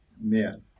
men